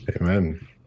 Amen